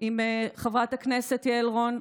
עם חברת הכנסת יעל רון,